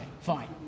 Fine